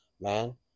man